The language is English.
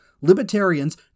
Libertarians